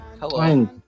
Hello